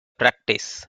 practice